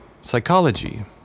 Psychology